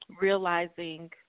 realizing